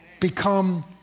become